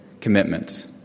commitments